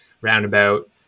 roundabout